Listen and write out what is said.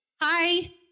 Hi